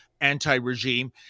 anti-regime